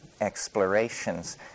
explorations